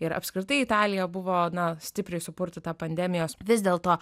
ir apskritai italija buvo na stipriai supurtyta pandemijos vis dėlto